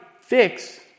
fix